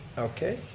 okay.